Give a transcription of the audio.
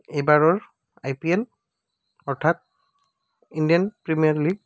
এইবাৰৰ I P L অৰ্থাৎ Indian Premier league